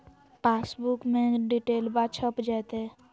पासबुका में डिटेल्बा छप जयते?